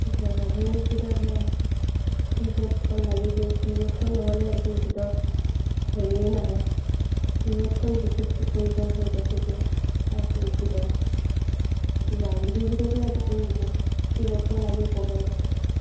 তাৰপৰা আধুনিক গীতত হেয়া কী বোৰ্ডখন লাগিবই কীবোৰ্ডখন নহ'লে একো গীতৰ হেৰিয়েই নাহে কী বোৰ্ডখন বিশেষকৈ প্ৰয়োজন হৈ যায় তেতিয়া আধুনিক গীতত বা বিহু গীততো আজি কী বোৰ্ডখন লাগেই প্ৰগ্ৰেমত